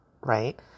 right